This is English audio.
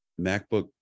MacBook